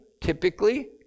typically